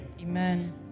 Amen